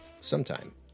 sometime